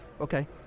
okay